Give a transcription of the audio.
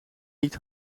niet